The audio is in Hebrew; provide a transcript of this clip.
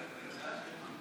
בבקשה.